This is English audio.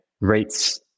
rates